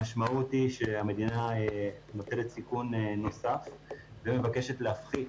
המשמעות היא שהמדינה נוטלת סיכון נוסף ומבקשת להפחית